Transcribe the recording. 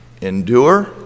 endure